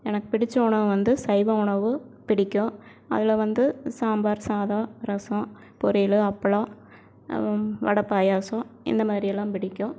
எனக்கு பிடிச்ச உணவு வந்து சைவ உணவு பிடிக்கும் அதில் வந்து சாம்பார் சாதம் ரசம் பொரில்லு அப்பளம் வடை பாயாசம் இந்தமாதிரி எல்லாம் பிடிக்கும்